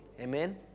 Amen